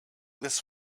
this